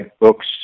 books